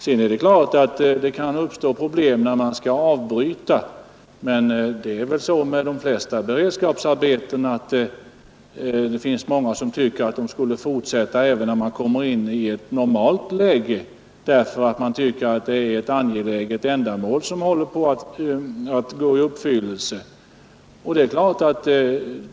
Det kan naturligtvis uppstå problem när dessa arbeten skall avbrytas, men det är väl så med de flesta beredskapsarbeten; många tycker att vi skall fortsätta även när man kommit in i ett normalt läge, eftersom de anser arbetena som sådana väsentliga.